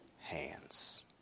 hands